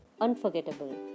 unforgettable